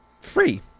free